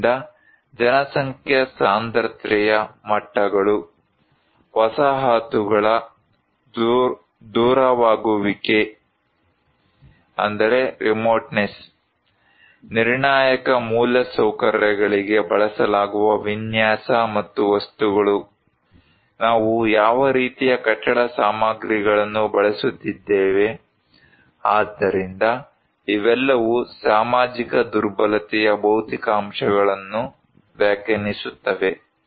ಆದ್ದರಿಂದ ಜನಸಂಖ್ಯಾ ಸಾಂದ್ರತೆಯ ಮಟ್ಟಗಳು ವಸಾಹತುಗಳ ದೂರವಾಗಿರುವಿಕೆ ನಿರ್ಣಾಯಕ ಮೂಲಸೌಕರ್ಯಗಳಿಗೆ ಬಳಸುವ ವಿನ್ಯಾಸ ಮತ್ತು ವಸ್ತುಗಳು ನಾವು ಯಾವ ರೀತಿಯ ಕಟ್ಟಡ ಸಾಮಗ್ರಿಗಳನ್ನು ಬಳಸುತ್ತಿದ್ದೇವೆ ಆದ್ದರಿಂದ ಇವೆಲ್ಲವೂ ಸಾಮಾಜಿಕ ದುರ್ಬಲತೆಯ ಭೌತಿಕ ಅಂಶಗಳನ್ನು ವ್ಯಾಖ್ಯಾನಿಸುತ್ತವೆ